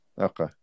Okay